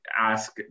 ask